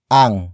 ang